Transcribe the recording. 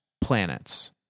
planets